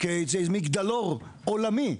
כמגדלור עולמי,